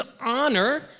honor